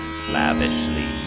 slavishly